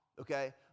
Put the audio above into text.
okay